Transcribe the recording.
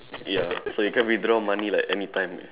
ya so you can withdraw money like any time